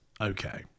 Okay